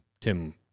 Tim